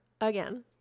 again